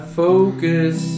focus